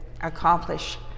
accomplish